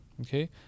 Okay